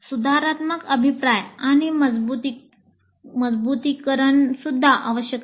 सुधारात्मक अभिप्राय आणि मजबुतीकरणसुद्धा आवश्यक आहे